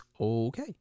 Okay